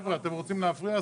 חבר'ה, אתם רוצים להפריע?